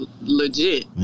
legit